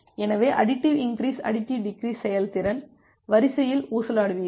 எனவே additive increase additive decrease செயல்திறன் வரிசையில் ஊசலாடுவீர்கள்